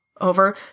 Over